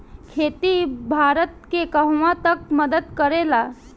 खेती भारत के कहवा तक मदत करे ला?